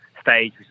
stage